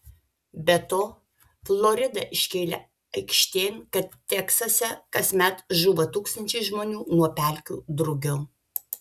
be to florida iškėlė aikštėn kad teksase kasmet žūva tūkstančiai žmonių nuo pelkių drugio